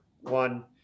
one